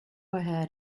ahead